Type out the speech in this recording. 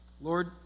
Lord